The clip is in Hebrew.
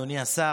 אדוני השר,